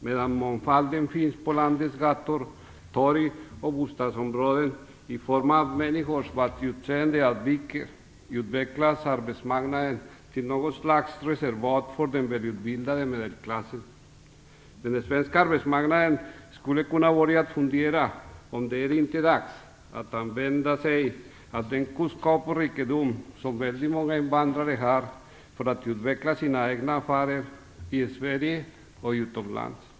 Medan mångfalden finns på landets gator, torg och i bostadsområden i form av människor vars utseende avviker, utvecklas arbetsmarknaden till något slags reservat för den välutbildade medelklassen. Den svenska arbetsmarknaden skulle kunna börja fundera om det inte är dags att använda sig av den kunskap och det språk som väldigt många invandrare har för att utveckla sina egna affärer i Sverige och utomlands.